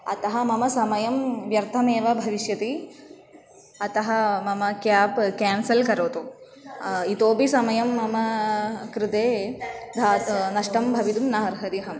अतः मम समयं व्यर्थमेव भविष्यति अतः मम केब् केन्सल् करोतु इतोपि समयं मम कृते धा नष्टं भवितुं न अर्हति अहं